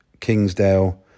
Kingsdale